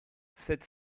sept